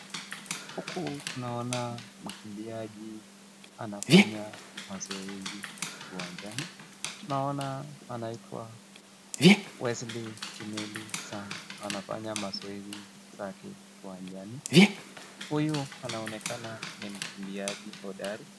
Huku tunaona mkimbiaji anafanya mazoezi kiwanjani. Tunaona anaitwa Westly Kimeli Sang. Anafanya mazoezi safi kiwanjani. Huyu anaonekana ni mkimbiaji hodari.